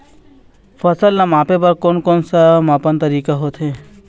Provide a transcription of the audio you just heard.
फसल ला मापे बार कोन कौन सा मापन तरीका होथे?